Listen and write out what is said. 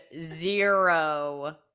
zero